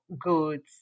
goods